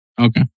Okay